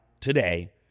today